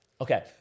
Okay